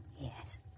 Yes